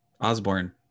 Osborne